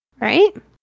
right